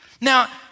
Now